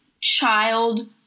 child